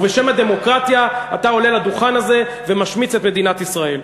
ובשם הדמוקרטיה אתה עולה לדוכן הזה ומשמיץ את מדינת ישראל.